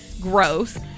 Gross